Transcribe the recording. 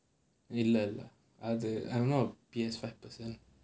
இல்ல இல்ல:illa illa I'm not a P_S five person